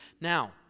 Now